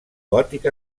gòtic